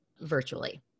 virtually